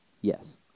yes